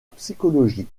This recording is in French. psychologie